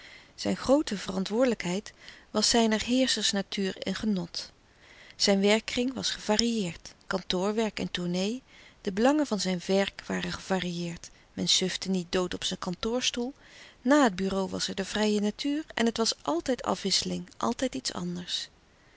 zijne groote verantwoordelijkheid was zijner heerschersnatuur een genot zijn werkkring was gevarieerd kantoorwerk en tournée de belangen van zijn werk waren gevarieerd men sufte niet dood op zijn kantoorstoel na het bureau was er de louis couperus de stille kracht vrije natuur en het was altijd afwisseling altijd iets anders